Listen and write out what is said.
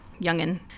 youngin